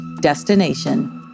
destination